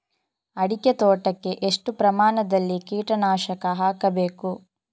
ಅಡಿಕೆ ತೋಟಕ್ಕೆ ಎಷ್ಟು ಪ್ರಮಾಣದಲ್ಲಿ ಕೀಟನಾಶಕ ಹಾಕಬೇಕು?